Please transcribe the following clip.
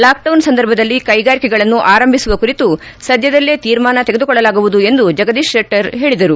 lockdown ಸಂದರ್ಭದಲ್ಲಿ ಕೈಗಾರಿಕೆಗಳನ್ನು ಆರಂಭಿಸುವ ಕುರಿತು ಸದ್ದದಲ್ಲೇ ತೀರ್ಮಾನ ತೆಗೆದುಕೊಳ್ಳಲಾಗುವುದು ಎಂದು ಸಚಿವ ಜಗದೀಶ್ ಶೆಟ್ಟರ್ ಹೇಳದರು